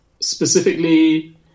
specifically